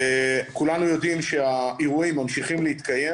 כולנו יודעים שהאירועים ממשיכים להתקיים